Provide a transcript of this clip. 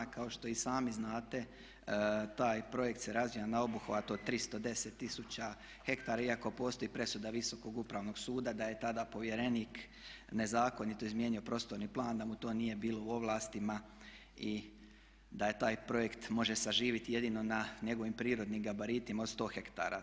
Kao što i sami znate taj projekt se razvija na obuhvatu od 310 tisuća hektara iako postoji presuda Visokog upravnog suda da je tada povjerenik nezakonito izmijenio prostorni plan da mu to nije bilo u ovlastima i da taj projekt može saživjeti jedino na njegovim prirodnim gabaritima od 100 hektara.